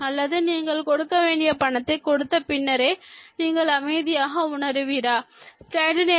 அல்லது நீங்கள் கொடுக்க வேண்டிய பணத்தை கொடுத்த பின்னரே நீங்கள் அமைதியாக உணர்வீரா